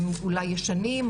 הם אולי ישנים,